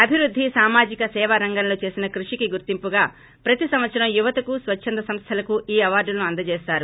అభివృద్ధి సామాజిక సేవా రంగంలో చేసిన కృషికొ గుర్తింపుగా ప్రతి సంవత్సరం యువతకు స్వచ్చంద సంస్థలకు ఈ అవారులను అందజేస్తారు